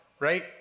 Right